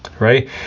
Right